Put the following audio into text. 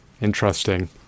interesting